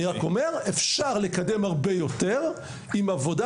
אפשר לקדם הרבה יותר עם עבודה,